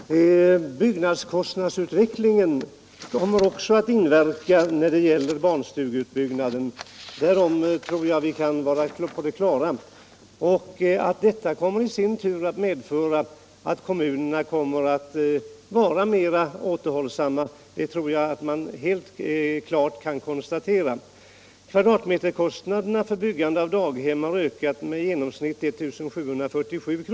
Herr talman! Byggnadskostnadsutvecklingen kommer även att inverka på barnstugeutbyggnaden — det tror jag vi är på det klara med — och att detta i sin tur kommer att göra kommunerna mer återhållsamma tror jag också att vi helt klart kan konstatera. Kvadratmeterkostnaderna för byggande av daghem har ökat från i genomsnitt 1 747 kr.